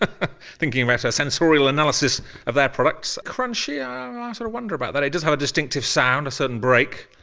ah thinking about our sensorial analysis of their products. crunchy, i um ah sort of wonder about that, it does have a distinctive sound, a certain break,